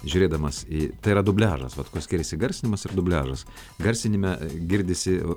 žiūrėdamas į tai yra dubliažas vat kuo skiriasi garsinimas ir dubliažas garsinime girdisi